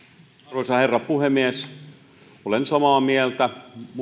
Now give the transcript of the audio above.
arvoisa herra puhemies olen samaa mieltä